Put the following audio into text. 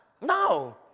No